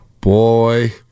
Boy